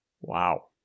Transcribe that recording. wow